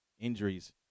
injuries